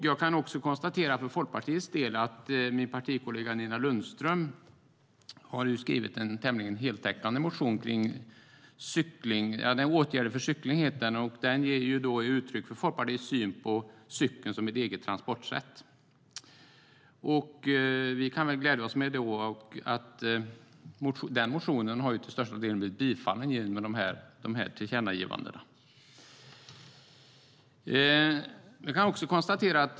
Jag kan konstatera för Folkpartiets del att min partikollega Nina Lundström har skrivit en tämligen heltäckande motion, Åtgärder för cykling , som ger uttryck för Folkpartiets syn på cykeln som ett eget transportsätt. Vi kan glädja oss åt att den motionen till största delen har blivit tillstyrkt genom de här tillkännagivandena.